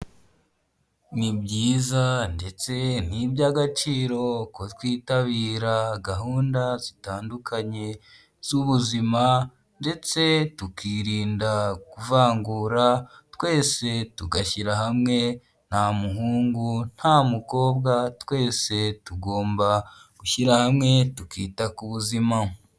Ni byiza ndetse ni iby'agaciro ko twitabira gahunda zitandukanye z'ubuzima ndetse tukirinda kuvangura, twese tugashyira hamwe nta muhungu, nta mukobwa twese tugomba gushyira hamwe tukita ku buzima.